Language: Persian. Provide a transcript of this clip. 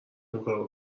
اونکارو